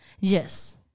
Yes